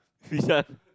Bishan